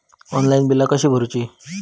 Online बिला कशी भरूची?